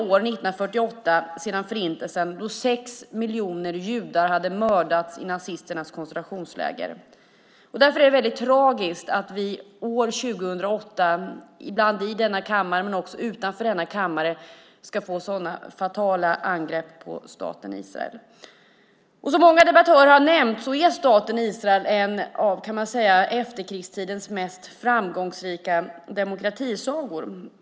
Det hade endast gått tre år sedan Förintelsen, då sex miljoner judar mördades i nazisternas koncentrationsläger. Därför är det tragiskt att vi år 2008 i denna kammare, men också utanför kammaren, får höra så fatala angrepp på staten Israel. Som många debattörer nämnt är staten Israel en av efterkrigstidens mest framgångsrika demokratisagor.